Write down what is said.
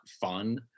fun